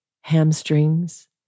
hamstrings